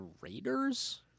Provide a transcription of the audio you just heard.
Raiders